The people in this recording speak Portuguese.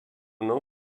não